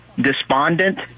despondent